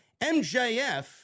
MJF